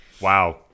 Wow